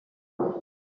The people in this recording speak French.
ans